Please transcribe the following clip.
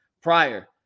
prior